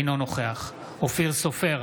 אינו נוכח אופיר סופר,